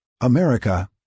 America